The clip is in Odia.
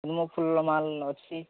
ମୋ ଫୁଲ ମାଳ ଅଛି